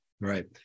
Right